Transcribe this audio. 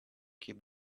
keep